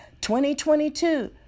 2022